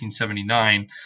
1979